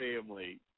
family